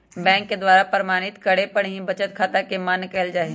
bank के द्वारा प्रमाणित करे पर ही बचत खाता के मान्य कईल जाहई